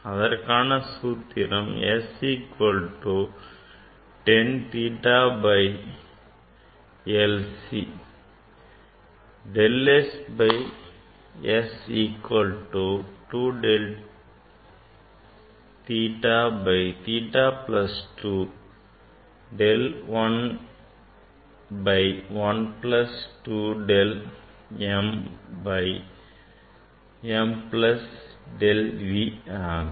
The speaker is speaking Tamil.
அதற்கான சூத்திரம் S equal to the 10 theta by l C del S by S equal to 2 del theta by theta plus 2 del l by l plus 2 del m by m plus del V ஆகும்